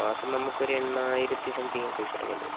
മാസം നമുക്ക് ഒരു എണ്ണായിരത്തി സംതിങ് ഒക്കെ വെച്ച് അടക്കേണ്ടി വരും